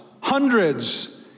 hundreds